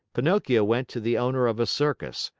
pinocchio went to the owner of a circus,